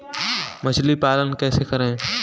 मछली पालन कैसे करें?